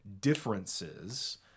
differences